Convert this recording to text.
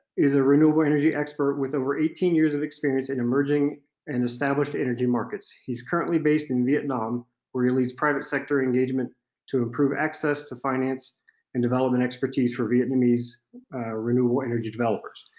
is a renewable energy expert with over eighteen years of experience in emerging and established energy markets. he is currently based in vietnam where he leads private sector engagement to improve access to finance and development expertise for vietnamese renewable energy developers.